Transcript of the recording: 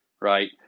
Right